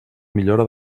millora